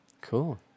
Cool